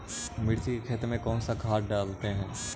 मिर्ची के खेत में कौन सा खाद डालते हैं?